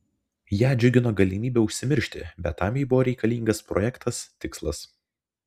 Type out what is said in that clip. ją džiugino galimybė užsimiršti bet tam jai buvo reikalingas projektas tikslas